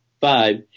five